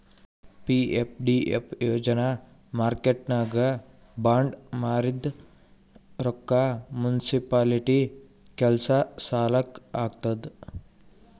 PFDF ಯೋಜನಾ ಮಾರ್ಕೆಟ್ನಾಗ್ bond ಮಾರಿದ್ ರೊಕ್ಕಾ ಮುನ್ಸಿಪಾಲಿಟಿ ಕೆಲ್ಸಾ ಸಲಾಕ್ ಹಾಕ್ತುದ್